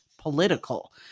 political